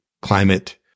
climate